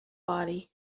body